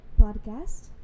podcast